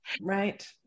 right